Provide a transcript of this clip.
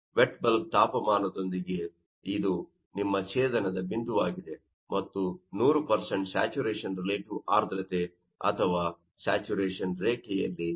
vet bulb ತಾಪಮಾನದೊಂದಿಗೆ ಇದು ನಿಮ್ಮ ಛೇದನದ ಬಿಂದುವಾಗಿದೆ ಮತ್ತು ಇದು 100 ಸ್ಯಾಚುರೇಶನ್ ರಿಲೇಟಿವ್ ಆರ್ದ್ರತೆ ಅಥವಾ ಸ್ಯಾಚುರೇಶನ್ ರೇಖೆಯಲ್ಲಿ ಛೇದಿಸುತ್ತದೆ